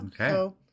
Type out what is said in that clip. Okay